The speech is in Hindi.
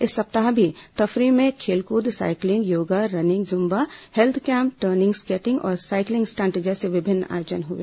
इस सप्ताह भी तफरीह में खेलकूद cycling yoga running zumba health camp turning skating और साइकिल स्टंट जैसे विभिन्न आयोजन हुए